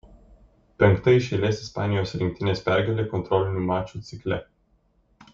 penkta iš eilės ispanijos rinktinės pergalė kontrolinių mačų cikle